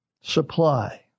supply